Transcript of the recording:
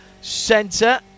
centre